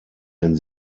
den